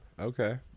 Okay